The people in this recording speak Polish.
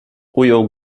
ujął